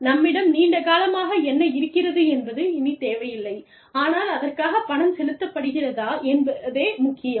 நம்மிடம் நீண்ட காலமாக என்ன இருக்கிறது என்பது இனி தேவையில்லை ஆனால் அதற்காகப் பணம் செலுத்தப்படுகிறதா என்பதே முக்கியம்